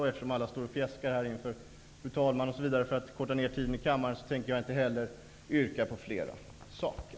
Eftersom alla fjäskar inför talmannen för att korta ned tiden i kammaren, tänker inte heller jag göra flera yrkanden.